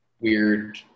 weird